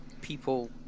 people